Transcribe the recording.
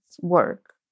work